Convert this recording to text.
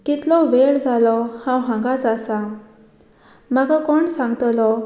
कितलो वेळ जालो हांव हांगाच आसा म्हाका कोण सांगतलो